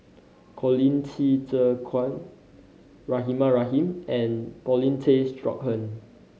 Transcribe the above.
Colin Qi Zhe Kuan Rahimah Rahim and Paulin Tay Straughan